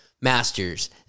Masters